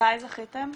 מתי זכיתם?